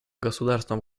государством